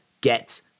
get